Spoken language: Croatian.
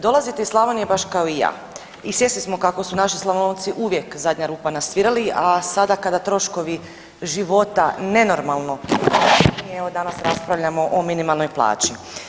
Dolazite iz Slavonije baš kao i ja i svjesni smo kako su naši Slavonci uvijek zadnja rupa na svirali, a sada kada troškovi života nenormalno … danas raspravljamo o minimalnoj plaći.